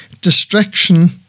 distraction